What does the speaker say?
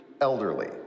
elderly